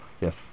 Yes